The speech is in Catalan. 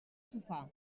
sofà